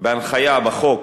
בהנחיה בחוק,